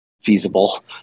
feasible